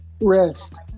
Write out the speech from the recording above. rest